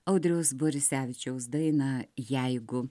audriaus borisevičiaus dainą jeigu